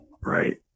right